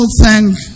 thank